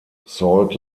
salt